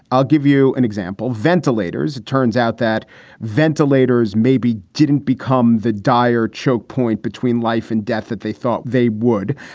i'll give you an example. ventilators. it turns out that ventilators maybe didn't become the dire choke point between life and death that they thought they would.